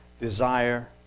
desire